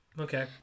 Okay